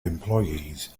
employees